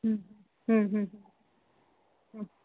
हम्म हम्म हम्म